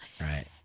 Right